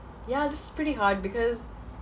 yeah this is pretty hard because